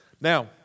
Now